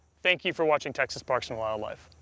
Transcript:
thank you for watching texas parks and wildlife.